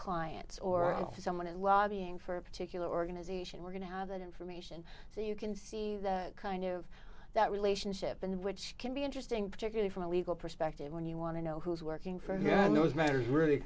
clients or off someone and lobbying for a particular organization we're going to have that information so you can see the kind of that relationship and which can be interesting particularly from a legal perspective when you want to know who is working for yeah those matters really